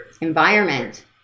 Environment